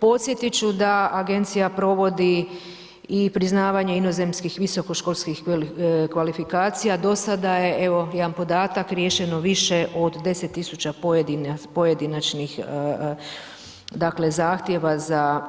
Podsjetit ću da agencija provodi i priznavanje inozemnih visokoškolskih kvalifikacija, dosada je evo jedan podatak riješeno više od 10.000 pojedinačnih dakle zahtjeva za